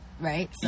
Right